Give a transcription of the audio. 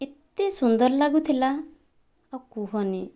ଏତେ ସୁନ୍ଦର ଲାଗୁଥିଲା ଆଉ କୁହନି